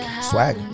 Swag